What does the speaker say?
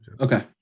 Okay